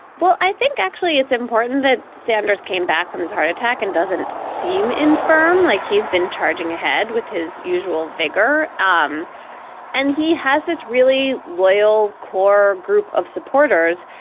well, i think actually it's important that sanders came back from his heart attack and doesn't seem infirm, like he's been charging ahead with his usual vigour um and he has this really loyal core group of supporters.